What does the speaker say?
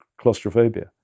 claustrophobia